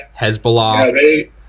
Hezbollah